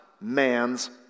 man's